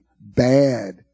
bad